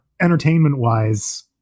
Entertainment-wise